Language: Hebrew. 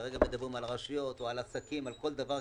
כרגע מדברים על הרשויות או על עסקים, על כל דבר.